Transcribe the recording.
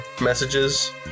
messages